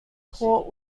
court